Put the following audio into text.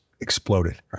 exploded